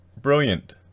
brilliant